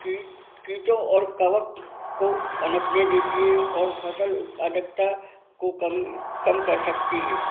कीट कीटों और कवक को पनपने देती हैं और फसल उत्पादकता को कम कर सकती हैं